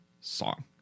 song